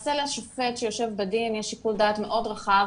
למעשה לשופט שיושב בדין יש שיקול דעת מאוד רחב